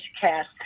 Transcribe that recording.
cast